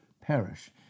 perish